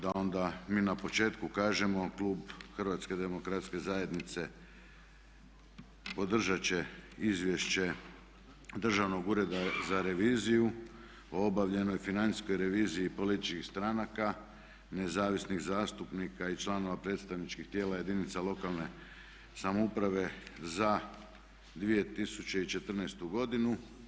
Da onda mi na početku kažemo klub HDZ-a podržat će Izvješće Državnog ureda za reviziju o obavljenoj financijskoj reviziji političkih stranaka, nezavisnih zastupnika i članova predstavničkih tijela jedinica lokalne samouprave za 2014. godinu.